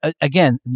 Again